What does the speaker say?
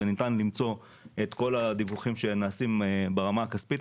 וניתן למצוא את כל הדיווחים שנעשים ברמה הכספית.